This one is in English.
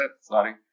Sorry